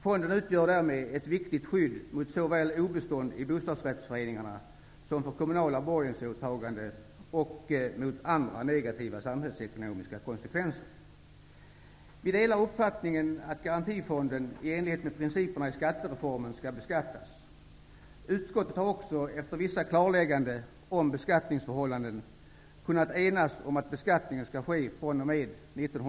Fonden utgör därmed ett viktigt skydd när det gäller såväl obestånd i bostadsrättsföreningarna som kommunala borgensåtaganden och andra samhällsekonomiska konsekvenser. Vi delar uppfattningen att Garantifonden, i enlighet med principerna i skattereformen, skall beskattas. Utskottet har också, efter vissa klarlägganden om beskattningsförhållanden, kunnat enas om att beskattning skall ske fr.o.m.